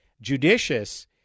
judicious